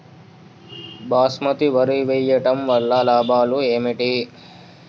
బాస్మతి వరి వేయటం వల్ల లాభాలు ఏమిటి?